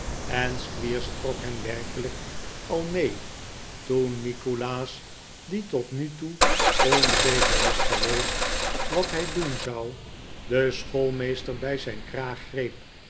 en squeers trok hem werkelijk al mee toen nikolaas die tot nu toe onzeker was geweest wat hij doen zou den schoolmeester bij zijn kraag greep